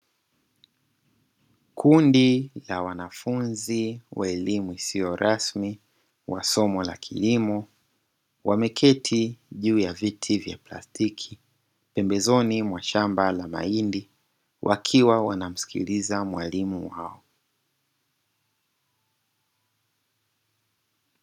Kundi la wanafunzi wa elimu isiyo rasmi wa somo la kilimo wameketi juu ya viti vya plastiki pembezoni mwa shamba la mahindi wakiwa wanamsikiliza mwalimu wao.